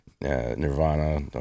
Nirvana